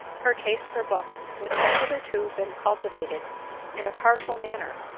her taste for books, which had hitherto been cultivated in a partial manner,